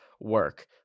work